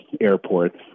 airports